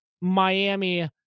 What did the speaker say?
Miami